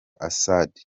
assad